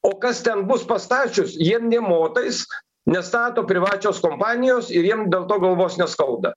o kas ten bus pastačius jiem nė motais nes stato privačios kompanijos ir jiem dėl to galvos neskauda